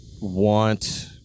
want